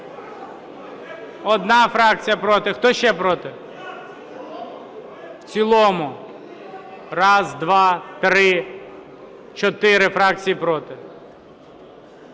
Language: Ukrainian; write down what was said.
Одна фракція проти. Хто ще проти? В цілому. Чотири фракції проти.